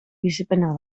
bizipena